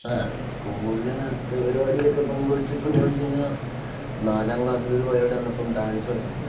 ആ സ്കൂളിൽ നൃത്ത പരിപാടിയിലൊക്കെ പങ്കെടുത്തിട്ടുണ്ടോ വെച്ച് കഴിഞ്ഞാൽ ഇപ്പം നാലാം ക്ലാസ്സിലൊരു പരിപാടി വന്നപ്പം ഡാൻസ് പഠിച്ചിട്ടുണ്ട്